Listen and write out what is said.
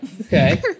okay